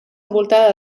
envoltada